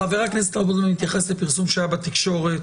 בסדר אבל חבר הכנסת רוטמן התייחס לפרסום שהיה בתקשורת.